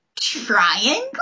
triangle